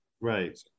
right